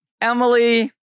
emily